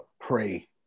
pray